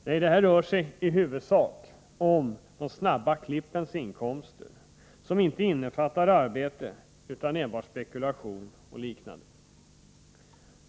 Nej, det rör sig i huvudsak om de snabba klippens inkomster, som inte innefattar arbete utan enbart spekulation och liknande.